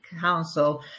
council